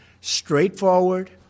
Straightforward